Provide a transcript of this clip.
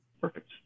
Perfect